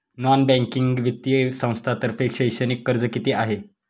Non banking वित्तीय संस्थांतर्फे शैक्षणिक कर्ज किती आहे?